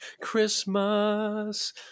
Christmas